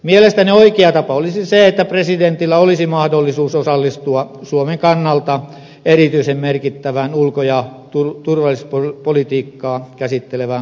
mielestäni oikea tapa olisi se että presidentillä olisi mahdollisuus osallistua suomen kannalta erityisen merkittävään ulko ja turvallisuuspolitiikkaa käsittelevään kokoukseen